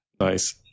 nice